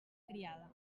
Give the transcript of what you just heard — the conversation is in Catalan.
criada